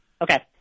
Okay